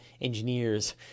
engineers